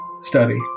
study